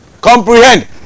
comprehend